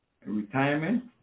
retirement